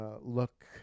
look